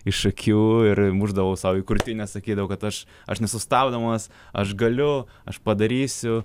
iš akių ir mušdavau sau į krūtinę sakydavau kad aš aš nesustabdomas aš galiu aš padarysiu